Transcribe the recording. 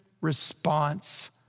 response